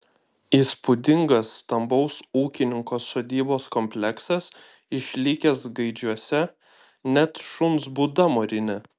įspūdingas stambaus ūkininko sodybos kompleksas išlikęs gaidžiuose net šuns būda mūrinė